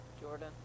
Jordan